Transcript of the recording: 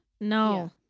no